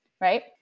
right